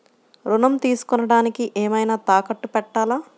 ఋణం తీసుకొనుటానికి ఏమైనా తాకట్టు పెట్టాలా?